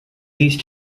these